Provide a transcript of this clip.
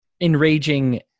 enraging